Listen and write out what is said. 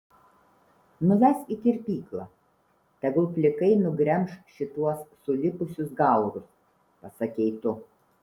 nuvesk į kirpyklą tegul plikai nugremš šituos sulipusius gaurus pasakei tu